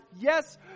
Yes